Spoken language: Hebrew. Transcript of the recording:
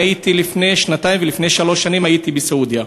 לפני שנתיים ולפני שלוש שנים הייתי בסעודיה.